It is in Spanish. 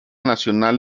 nacional